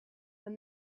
and